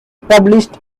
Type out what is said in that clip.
published